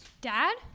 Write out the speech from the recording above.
Dad